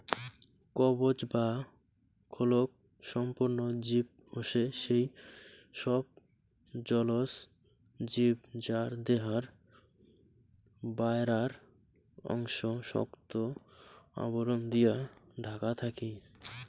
কবচ বা খোলক সম্পন্ন জীব হসে সেই সব জলজ জীব যার দেহার বায়রার অংশ শক্ত আবরণ দিয়া ঢাকা থাকি